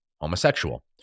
homosexual